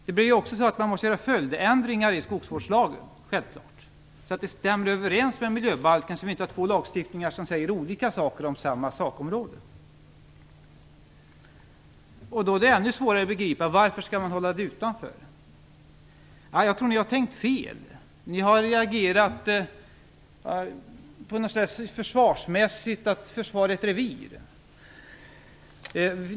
Man måste självfallet också göra följdändringar i skogsvårdslagen så att den stämmer överens med miljöbalken, så att vi inte får två lagstiftningar som säger olika saker på samma sakområde. Då är det ännu svårare att begripa varför man skall hålla skogsvårdslagen utanför. Jag tror att ni har tänkt fel. Ni har reagerat reflexmässigt för att försvara ett revir.